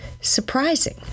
surprising